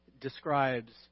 describes